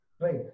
Right